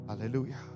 Hallelujah